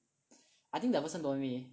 I think that person don't know me